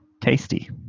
tasty